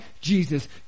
Jesus